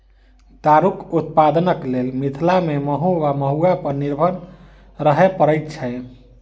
दारूक उत्पादनक लेल मिथिला मे महु वा महुआ पर निर्भर रहय पड़ैत छै